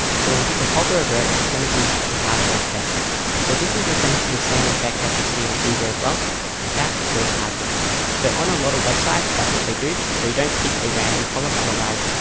so when people hover over it's going to be a lighter effect so this is essentially the same effect that you see on uber as well like that. it goes lighter so on a lot of websites, that's what they do. so you don't pick a random color. otherwise,